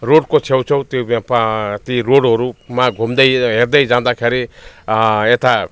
रोडको छेउ छेउ त्यो प ती रोडहरूमा घुम्दै हेर्दै जाँदाखेरि यता